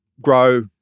grow